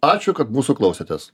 ačiū kad mūsų klausėtės